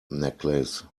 necklace